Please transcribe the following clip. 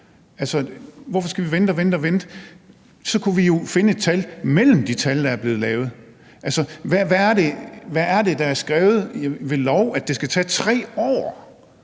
hvorfor skal vi vente og vente? Så kunne vi jo finde et tal mellem de tal, der er blevet lavet. Hvor er det, det ved lov er fastsat, at det skal tage 3 år